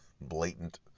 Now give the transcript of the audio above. blatant